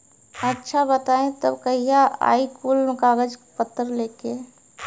अच्छा बताई तब कहिया आई कुल कागज पतर लेके?